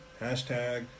Hashtag